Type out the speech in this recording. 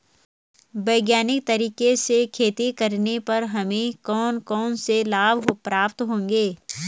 वैज्ञानिक तरीके से खेती करने पर हमें कौन कौन से लाभ प्राप्त होंगे?